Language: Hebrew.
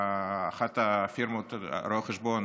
אחת מפירמות רואי החשבון